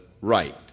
right